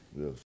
Yes